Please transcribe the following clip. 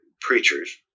preachers